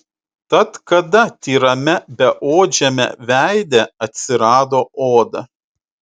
tad kada tyrame beodžiame veide atsirado oda